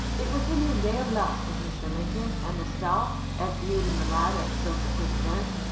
it was the noon-day of life with mr. lincoln, and the star, as viewed in the light of subsequent events,